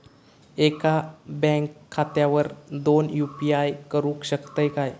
एका बँक खात्यावर दोन यू.पी.आय करुक शकतय काय?